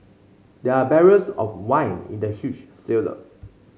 there are barrels of wine in the huge cellar